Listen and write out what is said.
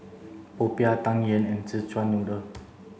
Popiah Tang Yuen and Szechuan noodle